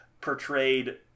portrayed